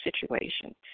situation